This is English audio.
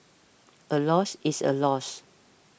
a loss is a loss